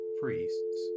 priests